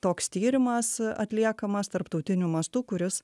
toks tyrimas atliekamas tarptautiniu mastu kuris